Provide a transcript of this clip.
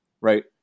right